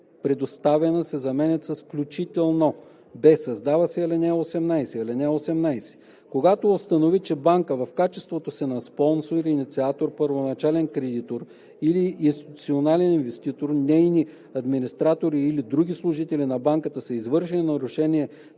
предоставена“ се заменят с „включително“; б) създава се ал. 18: „(18) Когато установи, че банка, в качеството си на спонсор, инициатор, първоначален кредитор или институционален инвеститор, нейни администратори или други служители на банката са извършили нарушение